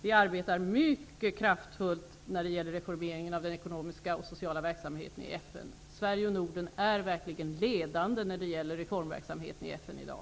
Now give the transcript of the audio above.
Vi arbetar mycket kraftfullt med reformeringen av den ekonomiska och sociala verksamheten i FN. Sverige och Norden är verkligen ledande när det gäller reformverksamheten i FN i dag.